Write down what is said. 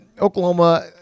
Oklahoma